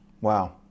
wow